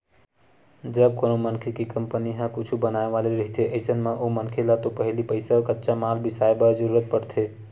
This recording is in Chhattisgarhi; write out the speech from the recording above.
जब कोनो मनखे के कंपनी ह कुछु बनाय वाले रहिथे अइसन म ओ मनखे ल तो पहिली पइसा कच्चा माल बिसाय बर जरुरत पड़थे